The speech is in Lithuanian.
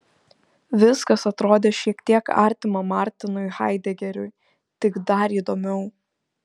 viskas atrodė šiek tiek artima martinui haidegeriui tik dar įdomiau